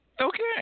Okay